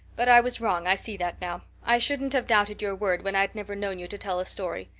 but i was wrong i see that now. i shouldn't have doubted your word when i'd never known you to tell a story.